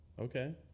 Okay